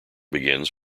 begins